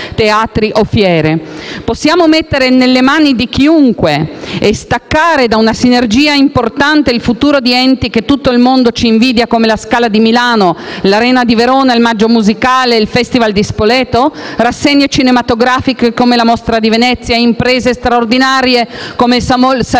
teatri o fiere. Possiamo mettere nelle mani di chiunque e staccare da una sinergia importante il futuro di enti che tutto il mondo ci invidia, come la Scala di Milano, l'Arena di Verona, il Maggio musicale fiorentino, il Festival di Spoleto? Rassegne cinematografiche, come la Mostra di Venezia? Imprese straordinarie, come il Salone